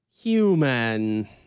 Human